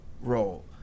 role